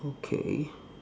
okay